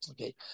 Okay